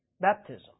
baptism